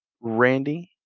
Randy